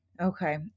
Okay